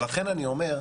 ולכן אני אומר,